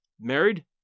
married